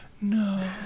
no